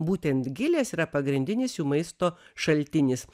būtent gilės yra pagrindinis jų maisto šaltinis